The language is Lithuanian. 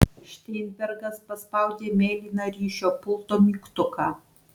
šteinbergas paspaudė mėlyną ryšio pulto mygtuką